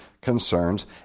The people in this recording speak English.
concerns